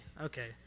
Okay